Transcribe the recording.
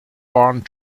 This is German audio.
warren